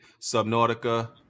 subnautica